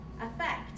affect